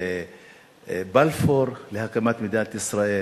בלפור להקמת מדינת ישראל,